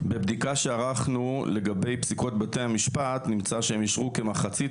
בבדיקה שערכנו לגבי פסיקות בתי המשפט נמצא שהם אישרו כמחצית